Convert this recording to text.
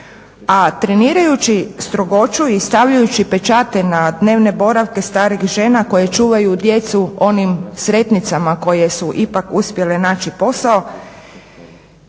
A trenirajući strogoću i stavljajući pečate na dnevne boravke starih žena koje čuvaju djecu onim sretnicama koje su ipak uspjele naći posao,